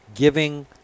giving